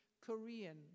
Korean